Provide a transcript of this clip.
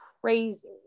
crazy